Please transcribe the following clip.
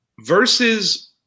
Versus